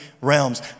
realms